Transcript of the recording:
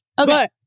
okay